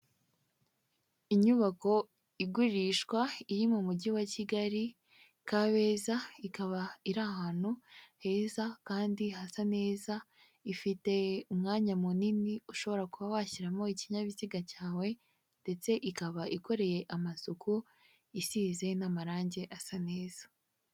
Inyubako igurishwa iri mu mujyi wa Kigali Kabeza ikaba iri ahantu heza, kandi hasa neza, ifite umwanya munini ushobora kuba washyiramo ikinyabiziga cyawe, ndetse ikaba ikoreye amasuku, isize n'amarangi asa neza.